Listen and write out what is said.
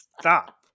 Stop